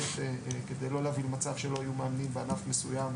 כדי לא להביא למצב שלא יהיו מאמנים בענף מסוים,